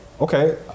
Okay